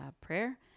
prayer